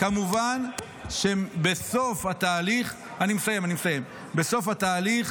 כמובן שבסוף התהליך, בתהליך